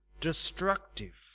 destructive